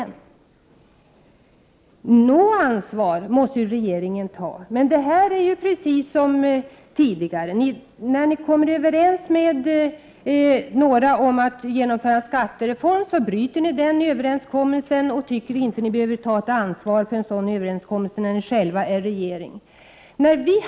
Något ansvar måste väl ändå regeringen ta. Men precis som tidigare bryter ni överenskommelser med andra partier om att genomföra en skattereform. Ni tycker tydligen att ni inte behöver stå fast vid en sådan överenskommelse när ni själva är i regeringsställning.